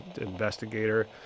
investigator